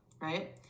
right